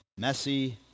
Messi